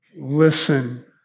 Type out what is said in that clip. listen